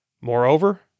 Moreover